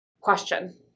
Question